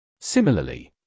Similarly